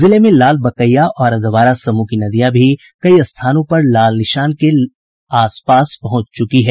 जिले में लाल बकैया और अधवारा समूह की नदियां भी कई स्थानों पर लाल निशान के करीब पहुंच गयी है